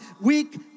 weak